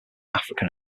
african